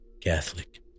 Catholic